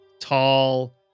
tall